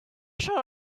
should